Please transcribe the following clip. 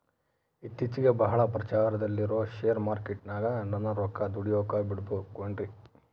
ಇತ್ತೇಚಿಗೆ ಬಹಳ ಪ್ರಚಾರದಲ್ಲಿರೋ ಶೇರ್ ಮಾರ್ಕೇಟಿನಾಗ ನನ್ನ ರೊಕ್ಕ ದುಡಿಯೋಕೆ ಬಿಡುಬಹುದೇನ್ರಿ?